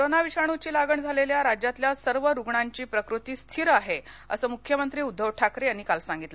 corona विषाणूची लागण झालेल्या राज्यातल्या सर्व रुग्णांची प्रकृती स्थिर आहे असं मुख्यमंत्री उद्धव ठाकरे यांनी सांगितलं